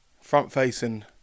front-facing